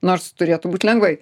nors turėtų būt lengvai